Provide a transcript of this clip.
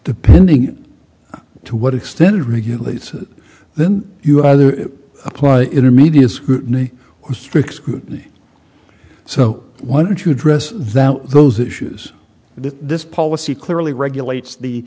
depending to what extent it regulates then you have apply in a media scrutiny with strict scrutiny so why don't you address that those issues this policy clearly regulates the